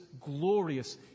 glorious